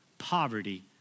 poverty